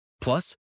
Plus